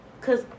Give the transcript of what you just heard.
Cause